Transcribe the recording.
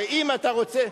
ואם אתה רוצה,